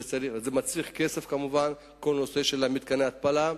זה מצריך כסף, כמובן, כל הנושא של מתקני ההתפלה.